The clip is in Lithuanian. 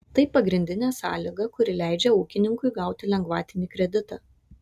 tai pagrindinė sąlyga kuri leidžia ūkininkui gauti lengvatinį kreditą